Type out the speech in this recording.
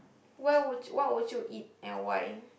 where would what would you eat and why